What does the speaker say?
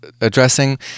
addressing